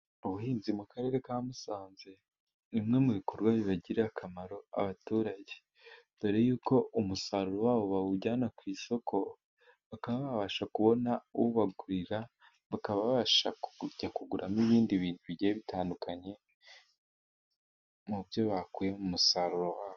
Ubuhinzi mu karere ka Musanze, ni bimwe mu bikorwa bibagirira akamaro abaturage, dore y'uko umusaruro wabo bawujyana ku isoko, bakaba babasha kubona ubagurira, bakaba babasha kujya kuguramo ibindi bintu bigiye bitandukanye, mu byo bakuye ku musaruro wa bo.